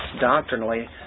Doctrinally